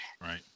Right